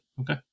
Okay